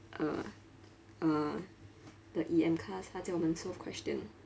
uh uh the E_M class 他叫我们 solve question